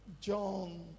John